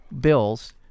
Bills